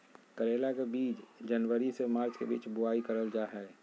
करेला के बीज जनवरी से मार्च के बीच बुआई करल जा हय